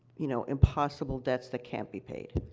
you know, impossible debts that can't be paid.